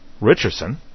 Richardson